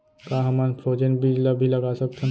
का हमन फ्रोजेन बीज ला भी लगा सकथन?